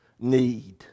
need